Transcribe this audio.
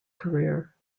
career